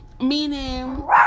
meaning